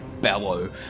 bellow